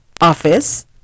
office